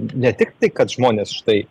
ne tik tai kad žmonės štai